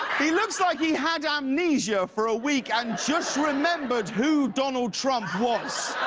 he looks like he had amnesia for a week and just remembered who donald trump was.